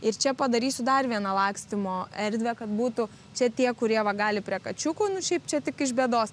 ir čia padarysiu dar vieną lakstymo erdvę kad būtų čia tie kurie va gali prie kačiukų nu šiaip čia tik iš bėdos